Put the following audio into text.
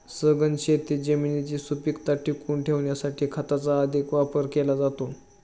सघन शेतीत जमिनीची सुपीकता टिकवून ठेवण्यासाठी खताचा अधिक वापर केला जातो